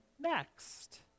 next